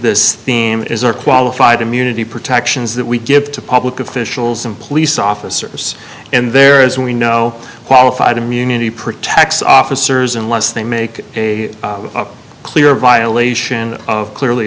this theme is our qualified immunity protections that we give to public officials and police officers and there is we know qualified immunity protects officers and once they make a clear violation of clearly